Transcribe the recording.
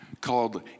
called